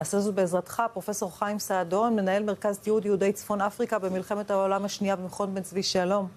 נעשה זאת בעזרתך, פרופ' חיים סעדון, מנהל מרכז תיעוד יהודי צפון אפריקה במלחמת העולם השנייה במכון בן צבי. שלום.